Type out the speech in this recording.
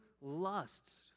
lusts